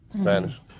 Spanish